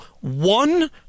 one